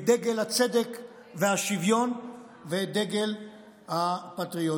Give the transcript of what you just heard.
את דגל הצדק והשוויון ואת דגל הפטריוטיות.